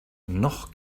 noch